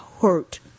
hurt